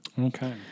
Okay